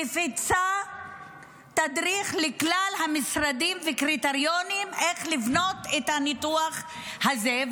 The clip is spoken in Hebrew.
מפיצה תדריך לכלל המשרדים וקריטריונים איך לבנות את הניתוח הזה,